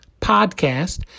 podcast